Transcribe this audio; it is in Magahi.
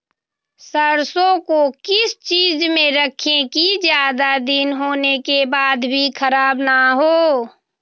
सरसो को किस चीज में रखे की ज्यादा दिन होने के बाद भी ख़राब ना हो?